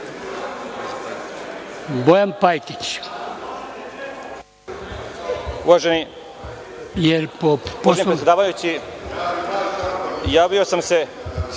Bojan Pajtić. Da